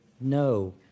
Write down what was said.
no